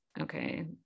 okay